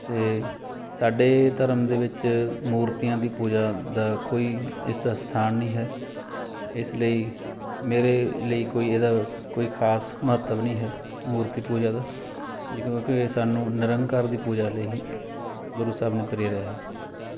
ਅਤੇ ਸਾਡੇ ਧਰਮ ਦੇ ਵਿੱਚ ਮੂਰਤੀਆਂ ਦੀ ਪੂਜਾ ਦਾ ਕੋਈ ਇਸਦਾ ਸਥਾਨ ਨਹੀਂ ਹੈ ਇਸ ਲਈ ਮੇਰੇ ਲਈ ਕੋਈ ਇਹਦਾ ਕੋਈ ਖਾਸ ਮਹੱਤਵ ਨਹੀਂ ਹੈ ਮੂਰਤੀ ਪੂਜਾ ਦਾ ਜਿਵੇਂ ਕਿ ਸਾਨੂੰ ਨਿਰੰਕਾਰ ਦੀ ਪੂਜਾ ਲਈ ਹੀ ਗੁਰੂ ਸਾਹਿਬ ਨੇ ਪ੍ਰੇਰਿਆ ਹੈ